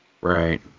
Right